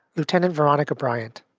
lieutenant veronica bryant.